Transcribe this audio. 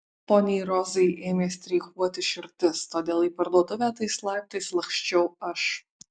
poniai rozai ėmė streikuoti širdis todėl į parduotuvę tais laiptais laksčiau aš